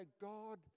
God